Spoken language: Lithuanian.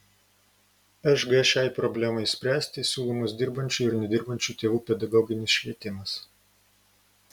šg šiai problemai spręsti siūlomas dirbančių ir nedirbančių tėvų pedagoginis švietimas